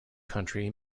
country